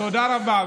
תודה רבה.